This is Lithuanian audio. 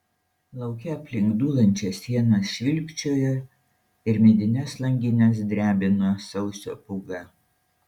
lauke aplink dūlančias sienas švilpčiojo ir medines langines drebino sausio pūga